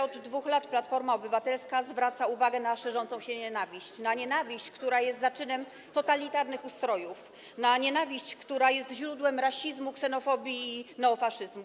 Od 2 lat Platforma Obywatelska zwraca uwagę na szerzącą się nienawiść, na nienawiść, która jest zaczynem totalitarnych ustrojów, na nienawiść, która jest źródłem rasizmu, ksenofobii i neofaszyzmu.